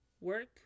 work